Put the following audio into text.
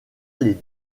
les